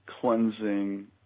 cleansing